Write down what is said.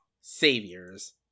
Saviors